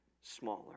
smaller